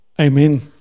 Amen